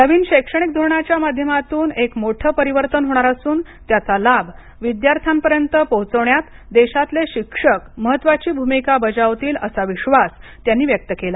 नवीन शैक्षणिक धोरणाच्या माध्यमातून एक मोठं परिवर्तन होणार असून त्याचा लाभ विद्यार्थ्यांपर्यंत पोचवण्यात देशातले शिक्षक महत्त्वाची भूमिका बजावतील असा विश्वास त्यांनी व्यक्त केला